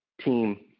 team